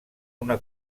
una